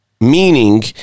Meaning